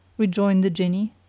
rejoined the jinni,